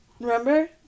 Remember